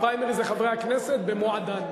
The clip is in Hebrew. פריימריז לחברי הכנסת, במועדן.